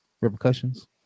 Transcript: Repercussions